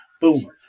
boom